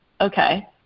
okay